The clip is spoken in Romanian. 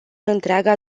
întreaga